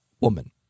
woman